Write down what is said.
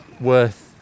worth